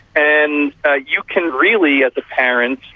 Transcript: and you can really, as a parent,